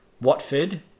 watford